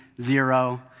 zero